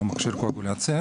או מכשירים אחרים,